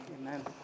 Amen